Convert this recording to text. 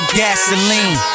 gasoline